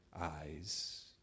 eyes